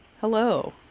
Hello